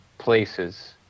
places